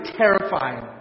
terrifying